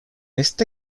este